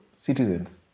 citizens